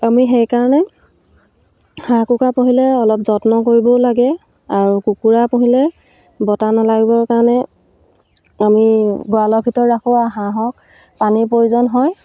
আমি সেইকাৰণে হাঁহ কুকুৰা পুহিলে অলপ যত্ন কৰিবও লাগে আৰু কুকুৰা পুহিলে বতাহ নালাগিবৰ কাৰণে আমি গড়ালৰ ভিতৰত ৰাখোঁ হাঁহক পানীৰ প্ৰয়োজন হয়